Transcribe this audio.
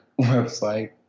website